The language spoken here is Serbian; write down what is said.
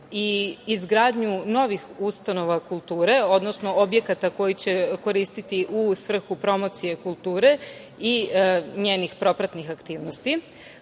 i izgradnju novih ustanova kulture, odnosno objekata koji će koristiti u svrhu promocije kulture i njenih propratnih aktivnosti. Takođe,